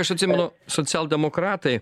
aš atsimenu socialdemokratai